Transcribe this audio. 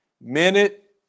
Minute